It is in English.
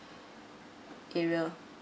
area